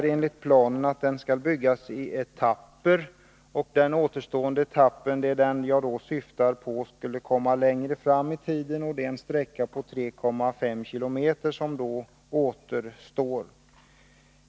Men enligt planen skall riksväg 33 byggas i etapper, och den sista etappen är den som jag syftar på, vilken skall färdigställas längre fram i tiden. Det är en sträcka på 3,5 km som återstår.